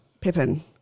Pippin